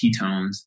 ketones